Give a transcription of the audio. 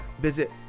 Visit